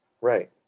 Right